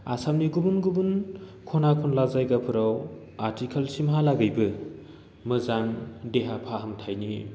आसामनि गुबुन गुबुन खना खनला जायगाफोराव आथिखाल सिमहालागैबो मोजां देहा फाहामथाइनि